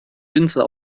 winzer